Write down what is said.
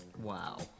Wow